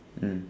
mm